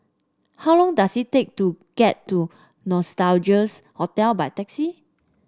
how long does it take to get to Nostalgia Hotel by taxi